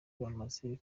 baramaze